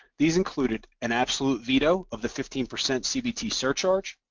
these included an absolute veto of the fifteen percent cbt surcharge,